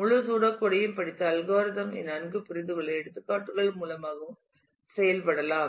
முழு சூடோகோட் டையும் படித்து அல்கோரிதம் ஐ நன்கு புரிந்துகொண்டு எடுத்துக்காட்டுகள் மூலமாகவும் செயல்படலாம்